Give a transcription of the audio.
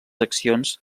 accions